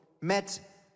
met